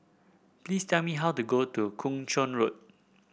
please tell me how to go to Kung Chong Road